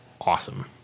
awesome